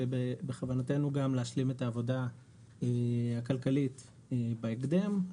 ובכוונתנו להשלים גם את העבודה הכלכלית בהקדם,